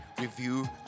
review